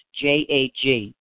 J-A-G